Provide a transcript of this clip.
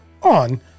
on